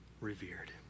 revered